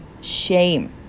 shame